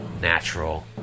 Natural